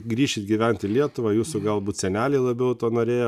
grįšit gyvent į lietuvą jūsų galbūt seneliai labiau to norėjo